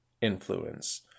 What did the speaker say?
influence